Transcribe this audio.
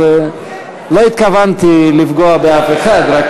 לא התכוונתי לפגוע באף אחד, רק,